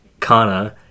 kana